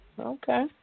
Okay